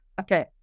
okay